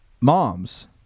moms